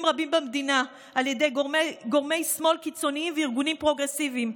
רבים במדינה על ידי גורמי שמאל קיצוניים וארגונים פרוגרסיביים,